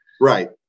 Right